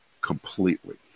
completely